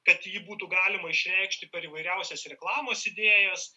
kad jį būtų galima išreikšti per įvairiausias reklamos idėjas